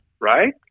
Right